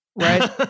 right